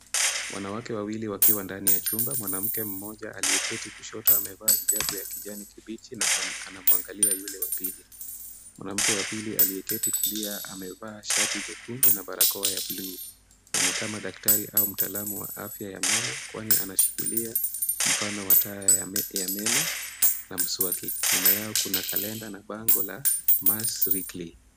Wanawake wawili wakiwa ndani ya chumba; mwanamke mmoja aliyeketi kushoto, amevaa hijabu ya kijani kibichi, na anamuangalia yule wa pili, mwanamke wa pili aliyeketi kulia, amevaa shati jekundu na barakoa ya blue , na ni kama daktari au mtaamu wa meno, kwani ameshikilia mfano wa taa ya meno na mswaki. Nyuma yao kuna kalenda na bango la mass clean .